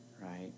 right